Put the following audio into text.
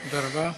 תודה רבה.